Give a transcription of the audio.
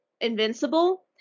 invincible